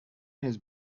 has